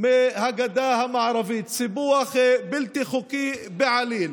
מהגדה המערבית, סיפוח בלתי חוקי בעליל,